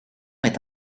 est